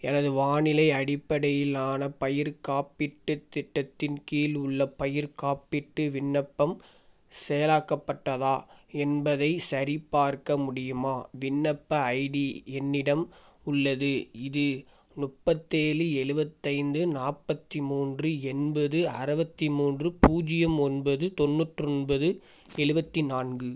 எனது வானிலை அடிப்படையிலான பயிர்க் காப்பீட்டுத் திட்டத்தின் கீழ் உள்ள பயிர்க் காப்பீட்டு விண்ணப்பம் செயலாக்கப்பட்டதா என்பதைச் சரிப்பார்க்க முடியுமா விண்ணப்ப ஐடி என்னிடம் உள்ளது இது முப்பத்து ஏழு எழுவத்து ஐந்து நாற்பத்தி மூன்று எண்பது அறுபத்தி மூன்று பூஜ்ஜியம் ஒன்பது தொண்ணூற்று ஒன்பது எழுவத்தி நான்கு